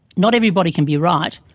not everybody can be right,